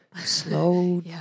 slow